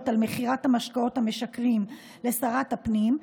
על מכירת המשקאות המשכרים לשרת הפנים,